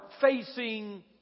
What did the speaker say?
facing